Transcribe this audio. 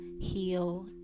heal